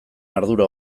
ardura